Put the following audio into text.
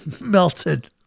melted